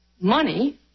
money